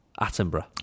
Attenborough